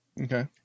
Okay